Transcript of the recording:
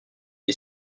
est